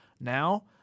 Now